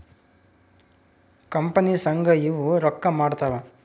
company ಸಂಘ ಇವು ರೊಕ್ಕ ಮಾಡ್ತಾವ